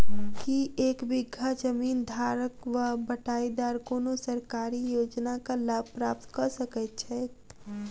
की एक बीघा जमीन धारक वा बटाईदार कोनों सरकारी योजनाक लाभ प्राप्त कऽ सकैत छैक?